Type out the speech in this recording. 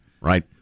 Right